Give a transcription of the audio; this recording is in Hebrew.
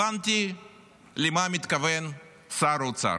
הבנתי למה מתכוון שר האוצר.